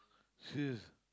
serious